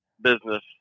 business